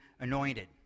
anointed